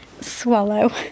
swallow